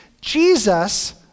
Jesus